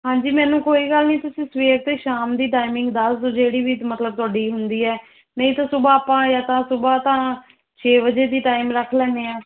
ਹਾਂਜੀ ਮੈਨੂੰ ਕੋਈ ਗੱਲ ਨਹੀਂ ਤੁਸੀਂ ਸਵੇਰ ਅਤੇ ਸ਼ਾਮ ਦੀ ਟਾਈਮਿੰਗ ਦੱਸ ਦਿਓ ਜਿਹੜੀ ਵੀ ਮਤਲਬ ਤੁਹਾਡੀ ਹੁੰਦੀ ਹੈ ਨਹੀਂ ਤਾਂ ਸੁਬਹਾ ਆਪਾਂ ਜਾਂ ਤਾਂ ਸੂਬਹਾ ਤਾਂ ਛੇ ਵਜੇ ਦੀ ਟਾਈਮ ਰੱਖ ਲੈਂਦੇ ਹਾਂ